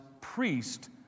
priest